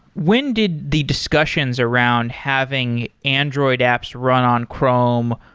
when did the discussions around having android apps run on chrome,